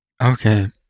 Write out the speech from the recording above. Okay